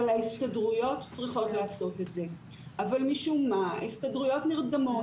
אבל ההסתדרויות צריכות לעשות את זה אבל משום מה ההסתדרויות נרדמות.